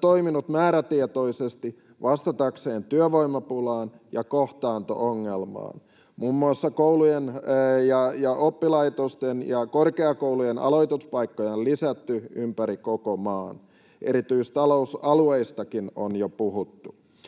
toiminut määrätietoisesti vastatakseen työvoimapulaan ja kohtaanto-ongelmaan. Muun muassa koulujen ja oppilaitosten ja korkeakoulujen aloituspaikkoja on lisätty ympäri koko maan. Erityistalousalueistakin on jo puhuttu.